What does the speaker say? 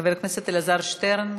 חבר הכנסת אלעזר שטרן,